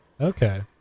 Okay